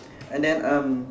and then um